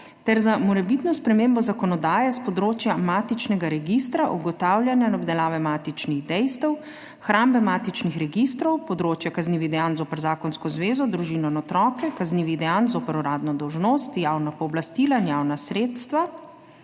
ter za morebitno spremembo zakonodaje s področja matičnega registra, ugotavljanja in obdelave matičnih dejstev, hrambe matičnih registrov, področja kaznivih dejanj zoper zakonsko zvezo, družino in otroke, kaznivih dejanj zoper uradno dolžnost, javna pooblastila in javna sredstva,